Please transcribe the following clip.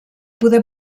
poder